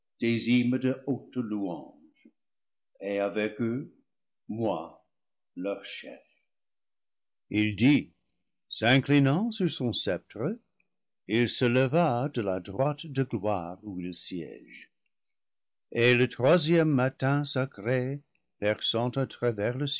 et avec eux moi leur chef il dit s'inclinant sur son sceptre il se leva de la droite de gloire où il siége et le troisième matin sacré perçant à travers